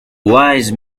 wise